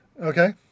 Okay